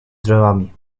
drzewami